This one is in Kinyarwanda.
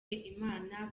imana